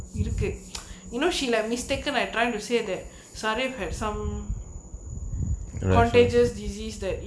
இருக்கு:iruku you know she let mistaken I trying to say that sarif have some contagious disease that